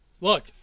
Look